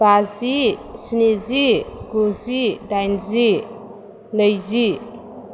बाजि स्निजि गुजि दाइनजि नैजि